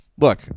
look